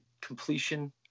completion